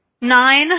Nine